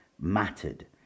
mattered